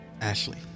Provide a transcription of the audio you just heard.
Ashley